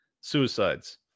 suicides